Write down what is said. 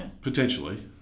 potentially